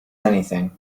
anything